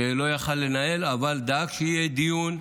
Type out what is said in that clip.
שלא יכול היה לנהל אבל דאג שיהיה דיון,